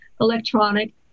electronic